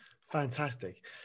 Fantastic